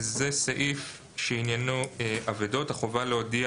זה סעיף שעניינו אבדות - החובה להודיע